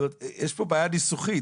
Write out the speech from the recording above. יש פה בעיה ניסוחית.